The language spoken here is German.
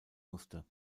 musste